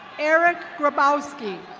erik ribowski.